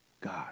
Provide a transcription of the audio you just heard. God